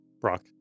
Brock